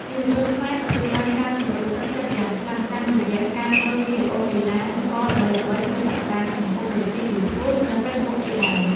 យុវជនខ្មែរទទួលបានការជំរុញទឹកចិត្តយ៉ាងខ្លាំងតាមរយៈការមើលវីដេអូកីឡាករល្បីៗលើបណ្ដាញសង្គមដូចជា យូធូប និងហ្វេសប៊ុក ជាដើម។